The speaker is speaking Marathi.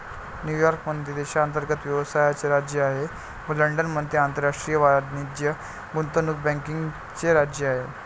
न्यूयॉर्क मध्ये देशांतर्गत व्यवसायाचे राज्य आहे व लंडनमध्ये आंतरराष्ट्रीय वाणिज्य गुंतवणूक बँकिंगचे राज्य आहे